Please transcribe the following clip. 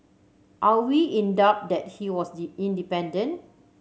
are we in doubt that he was independent